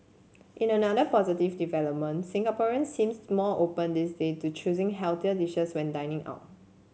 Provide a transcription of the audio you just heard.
in another positive development Singaporeans seem more open these days to choosing healthier dishes when dining out